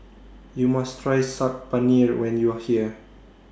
YOU must Try Saag Paneer when YOU Are here